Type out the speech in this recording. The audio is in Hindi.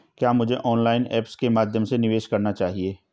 क्या मुझे ऑनलाइन ऐप्स के माध्यम से निवेश करना चाहिए?